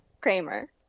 Kramer